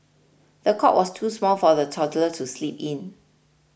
the cot was too small for the toddler to sleep in